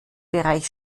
bereich